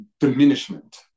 diminishment